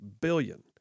billion